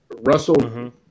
Russell